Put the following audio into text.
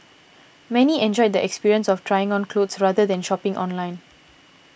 many enjoyed the experience of trying on clothes rather than shopping online